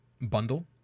bundle